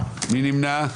נמנע.